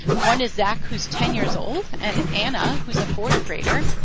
one is zack, who's ten years old, and anna, who's a fourth grader.